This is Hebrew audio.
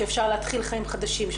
שאפשר להתחיל חיים חדשים,